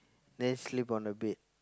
then sleep on the bed